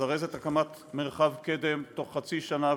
לזרז את הקמת מרחב קדם בתוך חצי שנה,